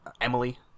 Emily